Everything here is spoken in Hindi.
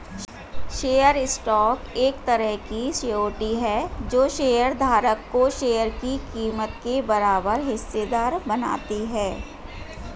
शेयर स्टॉक एक तरह की सिक्योरिटी है जो शेयर धारक को शेयर की कीमत के बराबर हिस्सेदार बनाती है